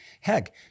Heck